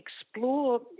explore